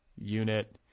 unit